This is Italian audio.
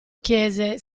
chiese